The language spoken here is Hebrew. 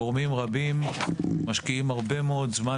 גורמים רבים משקיעים הרבה מאוד זמן